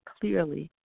clearly